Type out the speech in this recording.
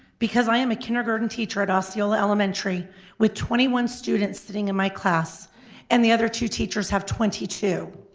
because i am a kindergarten teacher at osceola elementary with twenty one students sitting in my class and the other two teachers have twenty two.